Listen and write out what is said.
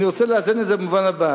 אני רוצה לאזן את זה במובן הבא,